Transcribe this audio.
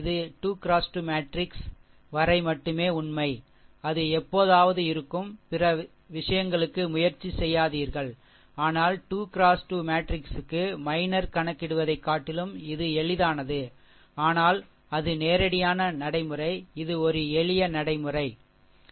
இது 2 X 2 matrix வரை மட்டுமே உண்மை அது எப்போதாவது இருக்கும் பிற விஷயங்களுக்கு முயற்சி செய்யாதீர்கள் ஆனால் 2 x2 மேட்ரிக்ஸுக்கு மைனர் கணக்கிடுவதைக் காட்டிலும் இது எளிதானது ஆனால் அது நேரடியான நடைமுறை இது ஒரு எளிய எளிய நடைமுறை சரி